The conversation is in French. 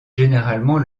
généralement